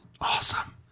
Awesome